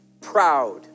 proud